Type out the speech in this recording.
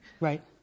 Right